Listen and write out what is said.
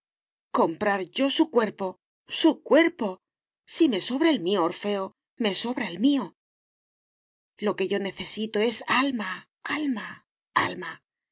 comprar yo su cuerpo su cuerpo si me sobra el mío orfeo me sobra el mío lo que yo necesito es alma alma